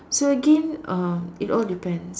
so again it uh it all depends